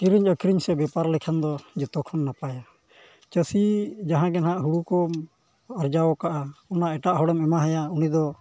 ᱠᱤᱨᱤᱧ ᱟᱹᱠᱷᱨᱤᱧ ᱥᱮ ᱵᱮᱯᱟᱨ ᱞᱮᱠᱷᱟᱱ ᱫᱚ ᱡᱚᱛᱚ ᱠᱷᱚᱱ ᱱᱟᱯᱟᱭᱟ ᱪᱟᱹᱥᱤ ᱡᱟᱦᱟᱸᱜᱮ ᱦᱟᱸᱜ ᱦᱩᱲᱩ ᱠᱚ ᱟᱨᱡᱟᱣ ᱠᱟᱜᱼᱟ ᱚᱱᱟ ᱮᱴᱟᱜ ᱦᱚᱲᱮᱢ ᱮᱢᱟᱭᱟ ᱩᱱᱤ ᱫᱚ